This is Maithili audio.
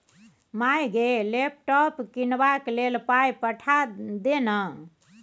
माय गे लैपटॉप कीनबाक लेल पाय पठा दे न